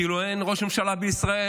כאילו אין ראש ממשלה בישראל,